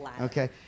okay